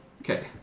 Okay